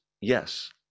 yes